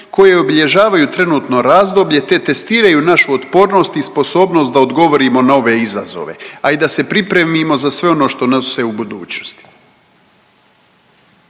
koje obilježavaju trenutno razdoblje te testiraju našu otpornost i sposobnost da odgovorimo na ove izazove, a i da se pripremimo za sve ono što nose u budućnosti.